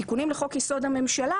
תיקונים לחוק-יסוד: הממשלה